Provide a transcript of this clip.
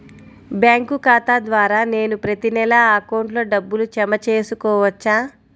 Bank ఖాతా ద్వారా నేను ప్రతి నెల అకౌంట్లో డబ్బులు జమ చేసుకోవచ్చా?